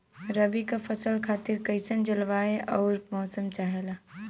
रबी क फसल खातिर कइसन जलवाय अउर मौसम चाहेला?